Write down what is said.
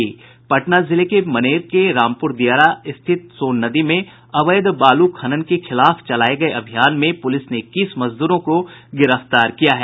पटना जिले के मनेर के रामपुर दियारा स्थित सोन नदी में अवैध बालू खनन के खिलाफ चलाये गये अभियान में पुलिस ने इक्कीस मजदूरों को गिरफ्तार किया है